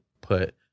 put